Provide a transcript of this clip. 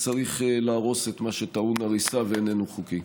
וצריך להרוס את מה שטעון הריסה ואינו חוקי.